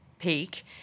peak